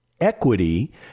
equity